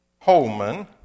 Holman